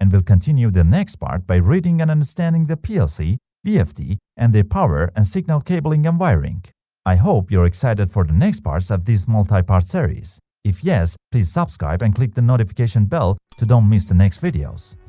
and we'll continue the next part by reading and understanding the plc vfd and their power and signal cabling and wiring i hope you're excited for the next parts of this multi-part series if yes please subscribe and click the notification bell to don't miss the next videos